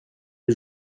les